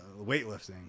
weightlifting